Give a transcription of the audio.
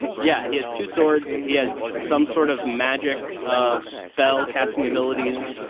yeah. yeah he has two swords. he has some sort of magic of spell casting abilities.